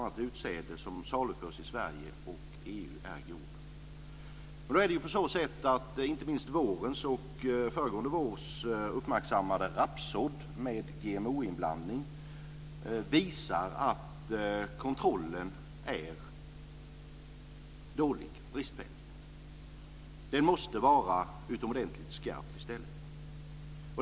Det gäller särskilt nu när handeln i världen har blivit så omfattande. Vårens och föregående vårs uppmärksammade rapssådd med GMO-inblandning visade att kontrollen är bristfällig. I stället måste den vara utomordentligt skarp.